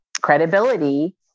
credibility